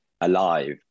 alive